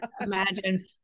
imagine